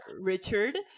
Richard